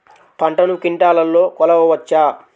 పంటను క్వింటాల్లలో కొలవచ్చా?